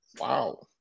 Wow